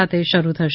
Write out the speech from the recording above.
સાથે શરૂ થશે